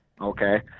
Okay